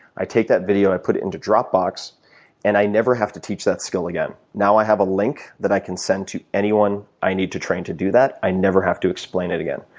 i take that video and i put it into dropbox and i never have to teach that skill again. now i have a link that i can send to anyone i need to train to do that. i never have to explain it again.